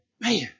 man